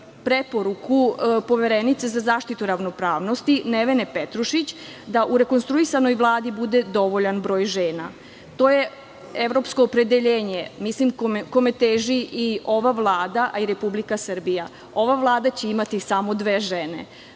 preporuku poverenice za zaštitu ravnopravnosti Nevene Petrušić, da u rekonstruisanoj Vladi bude dovoljan broj žena. To je evropsko opredeljenje, kome teži i ova Vlada, a i Republika Srbija. Ova Vlada će imati samo dve žene.